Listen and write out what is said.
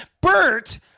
Bert